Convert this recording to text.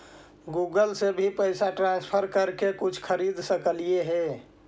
Google से भी पैसा ट्रांसफर कर के कुछ खरिद सकलिऐ हे?